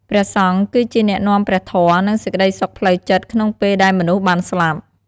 ព្រះសង្ឃគឺជាអ្នកនាំព្រះធម៌ និងសេចក្ដីសុខផ្លូវចិត្តក្នុងពេលដែលមនុស្សបានស្លាប់។